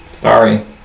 Sorry